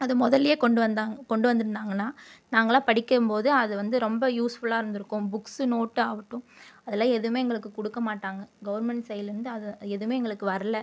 அது முதல்லையே கொண்டு வந்தாங்க கொண்டு வந்துருந்தாங்கன்னா நாங்கள்லாம் படிக்கும் போது அது வந்து ரொம்ப யூஸ்ஃபுல்லாக இருந்துருக்கும் புக்ஸு நோட்டு ஆகட்டும் அதெல்லாம் எதுமே எங்களுக்கு கொடுக்க மாட்டாங்க கவர்மெண்ட் சைட்லேருந்து அது எதுவும் எங்களுக்கு வரல